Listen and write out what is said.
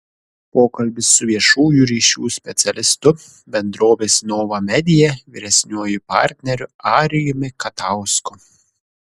pokalbis su viešųjų ryšių specialistu bendrovės nova media vyresniuoju partneriu arijumi katausku